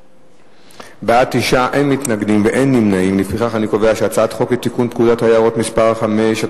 להעביר את הצעת חוק לתיקון פקודת היערות (מס' 5),